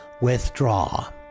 withdraw